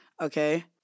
Okay